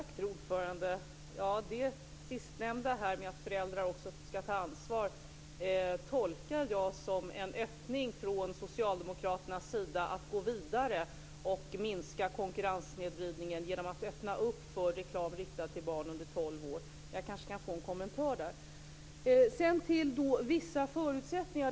Fru talman! Det sistnämnda om att föräldrar ska ta ansvar tolkar jag som en öppning från Socialdemokraternas sida att gå vidare och minska konkurrenssnedvridningen genom att öppna upp för reklam riktad till barn under tolv år. Jag kanske kan få en kommentar. Sedan var det begreppet "vissa förutsättningar".